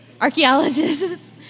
archaeologists